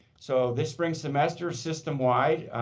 so this brings semester systemwide,